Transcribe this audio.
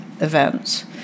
events